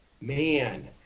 Man